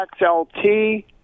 XLT